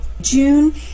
June